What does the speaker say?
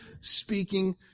speaking